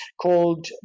called